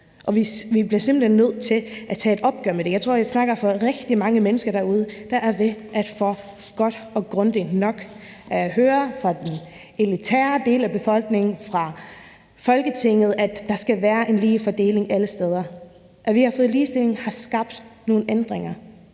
simpelt hen nødt til at tage et opgør med det. Jeg tror, jeg taler for rigtig mange mennesker derude, der er ved at få godt og grundigt nok af at høre fra den elitære del af befolkningen og fra Folketinget, at der skal være en ligelig fordeling alle steder. At vi har fået ligestilling har skabt nogle ændringer.